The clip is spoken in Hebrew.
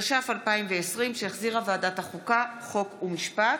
התש"ף 2020, שהחזירה ועדת החוקה, חוק ומשפט.